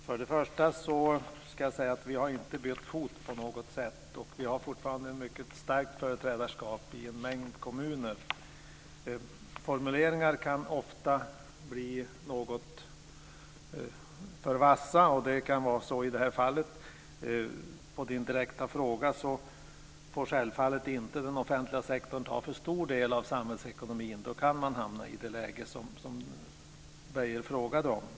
Fru talman! Vi har inte bytt fot på något sätt. Vi har fortfarande ett mycket starkt företrädarskap i en mängd kommuner. Formuleringar kan ofta bli något för vassa, och det kan vara så i det här fallet. På Lennart Beijers direkta fråga vill jag säga att den offentliga sektorn självfallet inte får ta för stor del av samhällsekonomin. Då kan man hamna i det läge som Beijer frågade om.